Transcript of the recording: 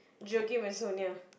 joking Masonia